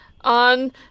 On